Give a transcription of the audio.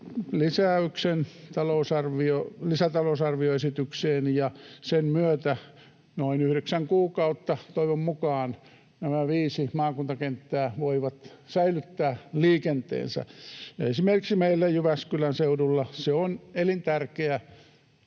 lisäyksen lisätalousarvioesitykseen, ja sen myötä noin yhdeksän kuukautta, toivon mukaan, nämä viisi maakuntakenttää voivat säilyttää liikenteensä. Esimerkiksi meillä Jyväskylän seudulla se on elintärkeää.